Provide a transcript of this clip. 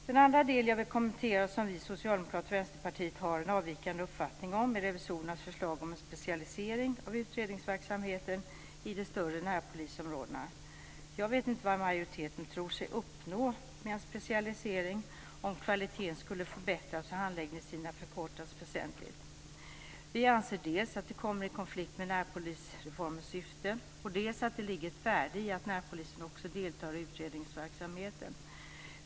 Den andra del jag vill kommentera och som vi socialdemokrater och Vänsterpartiet har en avvikande uppfattning om är revisorernas förslag om en specialisering av utredningsverksamheten i de större närpolisområdena. Jag vet inte vad majoriteten tror sig uppnå med en specialisering om kvaliteten skulle förbättras och handläggningstiderna förkortas väsentligt. Vi anser dels att det kommer i konflikt med närpolisreformens syfte, dels att det ligger ett värde i att närpolisen också deltar i utredningsverksamheten.